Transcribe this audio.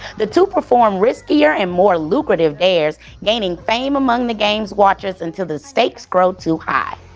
the two perform riskier and more lucrative dares, gaining fame among the game's watchers, until the stakes grow too high.